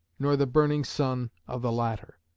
nor the burning sun of the latter.